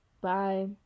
Bye